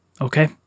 Okay